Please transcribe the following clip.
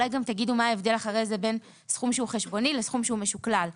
אחר כך תגידו מה ההבדל בין סכום שהוא חשבונו לסכום שהוא משוקלל.